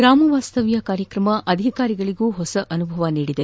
ಗ್ರಾಮವಾಸ್ತವ್ಯ ಕಾರ್ಯಕ್ರಮವು ಅಧಿಕಾರಿಗಳಿಗೆ ಹೊಸ ಅನುಭವ ನೀಡಿದೆ